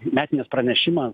metinis pranešimas